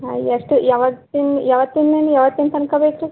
ಹಾಂ ಎಷ್ಟು ಯಾವತ್ತಿನ ಯಾವತ್ತಿನ ಮೇಲೆ ಯಾವತ್ತಿನ ತನಕ ಬೇಕು ರೀ